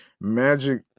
magic